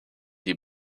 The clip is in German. die